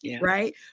Right